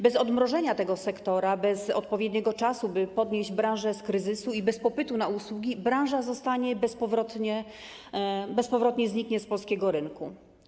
Bez odmrożenia tego sektora, bez odpowiedniego czasu, by podnieść branżę z kryzysu, i bez popytu na usługi branża bezpowrotnie zniknie z polskiego rynku.